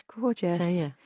Gorgeous